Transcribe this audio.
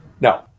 No